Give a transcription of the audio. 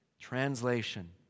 Translation